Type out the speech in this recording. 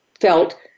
felt